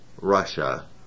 Russia